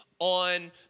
on